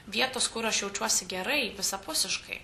vietos kur aš jaučiuosi gerai visapusiškai